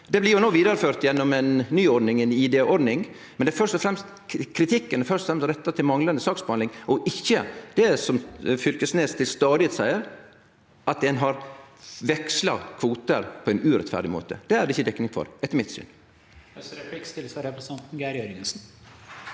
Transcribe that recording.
Det blir no vidareført gjennom ei ny id-ordning. Kritikken er først og fremst retta mot manglande saksbehandling, og ikkje, som Fylkesnes stadig seier, at ein har veksla kvotar på ein urettferdig måte. Det er det ikkje dekning for, etter mitt syn.